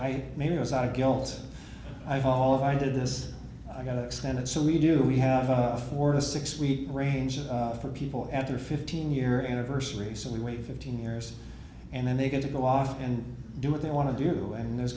i maybe was out of guilt i have all of i did this i got extended so we do we have a four to six week range for people after a fifteen year anniversary so we wait fifteen years and then they're going to go off and do what they want to do and there's